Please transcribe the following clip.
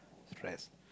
stress